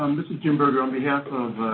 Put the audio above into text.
um this is jim berger, on behalf of